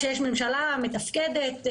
כשיש ממשלה מתפקדת,